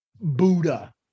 Buddha